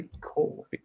Cool